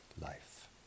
life